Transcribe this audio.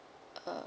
uh